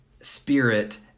spirit